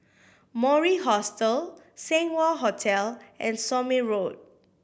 Mori Hostel Seng Wah Hotel and Somme Road